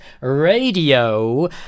Radio